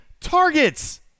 targets